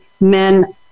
men